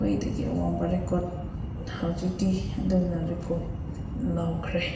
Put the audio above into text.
ꯈ꯭ꯋꯥꯏꯗꯒꯤ ꯋꯥꯡꯕ ꯔꯦꯀꯣꯔꯠ ꯍꯧꯖꯤꯛꯀꯤ ꯑꯗꯨꯅ ꯔꯦꯀꯣꯔꯠ ꯂꯧꯈ꯭ꯔꯦ